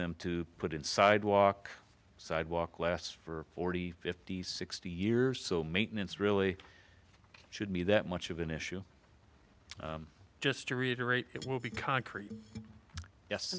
them to put in sidewalk sidewalk lasts for forty fifty sixty years so maintenance really should be that much of an issue just to reiterate it will be concrete yes